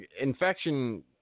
Infection